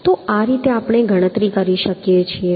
તો આ રીતે આપણે ગણતરી કરી શકીએ